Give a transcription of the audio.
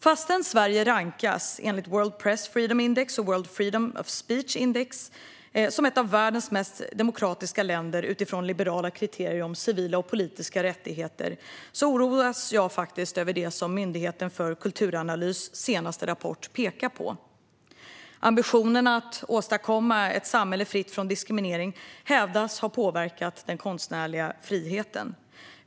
Fastän Sverige enligt World Press Freedom Index och World Freedom of Speech Index rankas som ett av världens mest demokratiska länder utifrån liberala kriterier om civila och politiska rättigheter oroas jag faktiskt över det som Myndigheten för kulturanalys pekar på i sin senaste rapport. Ambitionen att åstadkomma ett samhälle fritt från diskriminering hävdas ha påverkat den konstnärliga friheten.